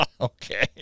okay